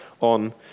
on